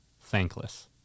thankless